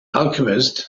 alchemist